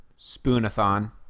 Spoonathon